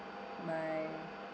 my